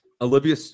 Olivia